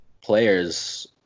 players